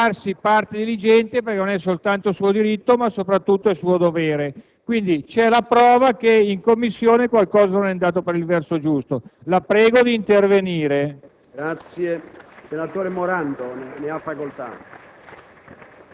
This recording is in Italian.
del Parlamento. Lei deve - questo è il mio accorato appello - farsi parte diligente perché non è soltanto suo diritto, ma soprattutto suo dovere. C'è la prova che in Commissione qualcosa non è andato per il verso giusto, la prego di intervenire.